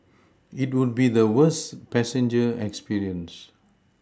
it would be the worst passenger experience